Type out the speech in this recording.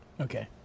okay